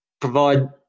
provide